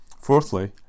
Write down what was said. Fourthly